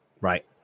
Right